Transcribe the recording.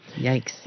Yikes